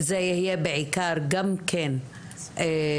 זה יהיה בעיקר, גם כן מניעה.